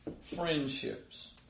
friendships